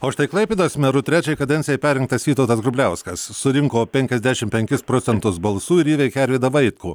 o štai klaipėdos meru trečiai kadencijai perrinktas vytautas grubliauskas surinko penkiasdešim penkis procentus balsų ir įveikė arvydą vaitkų